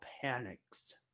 panics